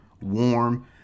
warm